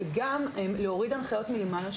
אבל גם להוריד הנחיות מלמעלה,